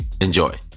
Enjoy